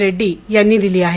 रेड्डी यांनी दिली आहे